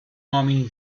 homem